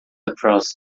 across